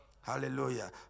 Hallelujah